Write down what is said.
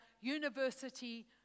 University